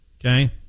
Okay